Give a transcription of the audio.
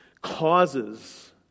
causes